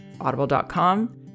audible.com